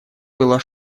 было